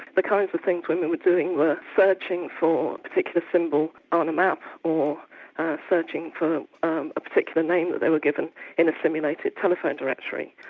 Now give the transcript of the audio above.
the kinds of things women were doing were searching for a particular symbol on a map or searching for um a particular name they were given in a simulated telephone directory.